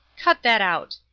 cut that out.